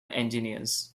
engineers